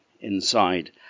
inside